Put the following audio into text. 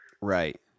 right